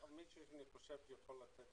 מי שיכול לתת